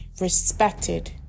respected